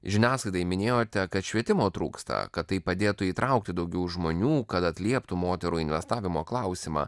žiniasklaidai minėjote kad švietimo trūksta kad tai padėtų įtraukti daugiau žmonių kad atlieptų moterų investavimo klausimą